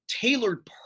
tailored